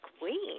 queen